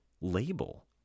label